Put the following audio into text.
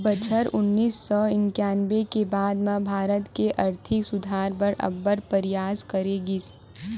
बछर उन्नीस सौ इंकानबे के बाद म भारत के आरथिक सुधार बर अब्बड़ परयास करे गिस